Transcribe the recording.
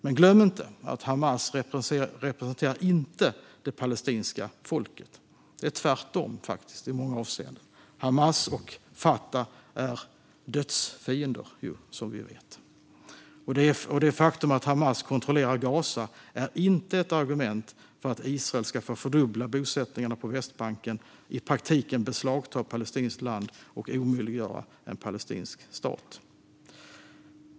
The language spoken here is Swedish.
Men glöm inte att Hamas inte representerar det palestinska folket! Det är faktiskt tvärtom i många avseenden: Hamas och Fatah är dödsfiender, som vi vet. Det faktum att Hamas kontrollerar Gaza är inte heller ett argument för att Israel ska få fördubbla bosättningarna på Västbanken, i praktiken beslagta palestinskt land och omöjliggöra en palestinsk stat.